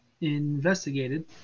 investigated